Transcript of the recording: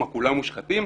כולם מושחתים?